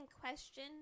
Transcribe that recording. question